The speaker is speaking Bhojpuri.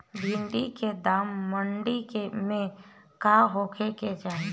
भिन्डी के दाम मंडी मे का होखे के चाही?